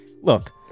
Look